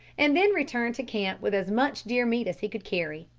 and then returned to camp with as much deer-meat as he could carry.